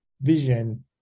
vision